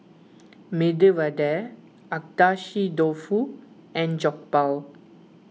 Medu Vada Agedashi Dofu and Jokbal